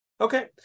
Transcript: Okay